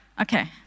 Okay